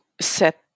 set